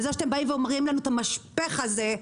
וזה שאתם אומרים לנו את המשפך הזה,